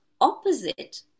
opposite